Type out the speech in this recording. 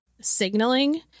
signaling